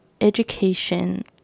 education